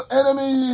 enemy